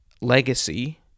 Legacy